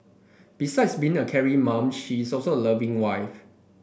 besides being a caring mom she is also a loving wife